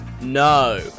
No